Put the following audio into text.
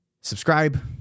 Subscribe